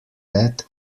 that